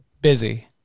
busy